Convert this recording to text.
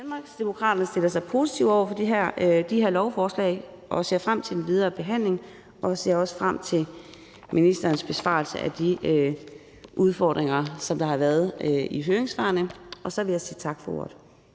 Danmarksdemokraterne stiller sig positivt over for de her lovforslag og ser frem til den videre behandling og ser også frem til ministerens besvarelse af de spørgsmål i forbindelse med de udfordringer, der har været i høringssvarene. Så vil jeg sige tak for ordet.